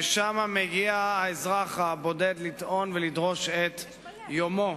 שאליו מגיע האזרח הבודד לטעון ולדרוש את יומו.